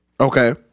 Okay